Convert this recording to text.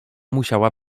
musiała